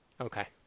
Okay